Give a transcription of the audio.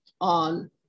on